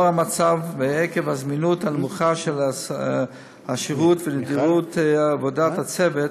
לנוכח המצב ועקב הזמינות הנמוכה של השירות ונדירות עבודת הצוות,